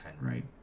right